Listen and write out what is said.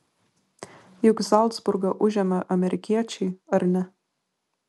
juk zalcburgą užėmė amerikiečiai ar ne